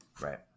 Right